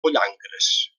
pollancres